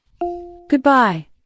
goodbye